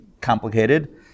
complicated